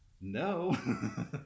no